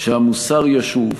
שהמוסר ישוב,